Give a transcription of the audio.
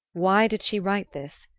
why did she write this?